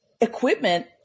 equipment